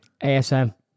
ASM